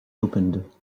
opened